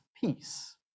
peace